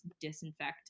disinfect